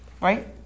Right